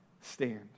stand